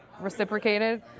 reciprocated